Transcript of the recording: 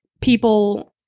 people